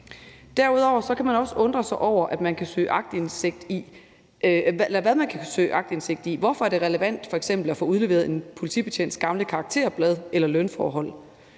Derudover kan man også undre sig over, hvad man kan søge aktindsigt i. Hvorfor er det f.eks. relevant at få udleveret en politibetjents gamle karakterblad eller information